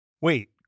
Wait